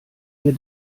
wir